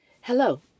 Hello